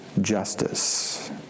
justice